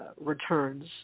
returns